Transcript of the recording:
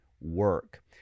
work